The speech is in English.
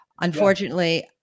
Unfortunately